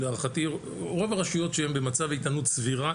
להערכתי רוב הרשויות שהם במצב איתנות סבירה,